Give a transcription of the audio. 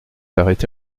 arrêté